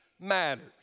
Matters